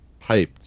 hyped